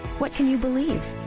what can you believe?